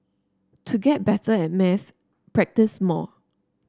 to get better at maths practise more